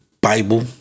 Bible